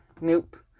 Nope